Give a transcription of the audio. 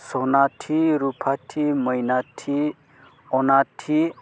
सनाथि रुपाथि मैनाथि अनाथि